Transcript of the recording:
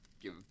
Give